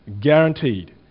guaranteed